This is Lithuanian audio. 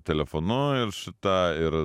telefonu ir šita ir